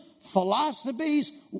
philosophies